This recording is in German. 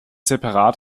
separat